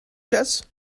chess